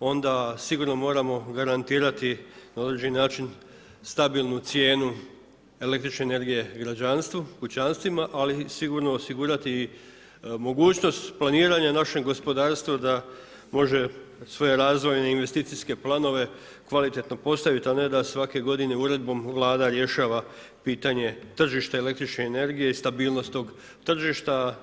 onda sigurno moramo garantirati na određeni način stabilnu cijenu električne energije građanstvu, kućanstvima, ali sigurno osigurati i mogućnost planiranja našem gospodarstvu da može svoje razvojne investicijske planove kvalitetno postaviti a ne da svake godine uredbom Vlada rješava pitanje tržišta električne energije i stabilnost tog tržišta.